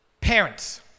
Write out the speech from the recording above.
parents